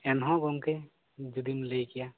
ᱮᱱᱦᱚᱸ ᱜᱚᱢᱠᱮ ᱡᱩᱫᱤᱢ ᱞᱟᱹᱭ ᱠᱮᱭᱟ